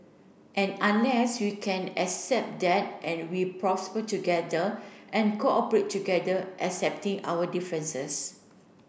and unless we can accept that and we prosper together and cooperate together accepting our differences